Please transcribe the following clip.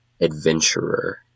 adventurer